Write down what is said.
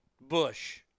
Bush